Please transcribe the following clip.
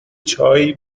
چای